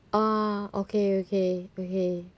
ah okay okay okay